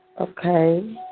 okay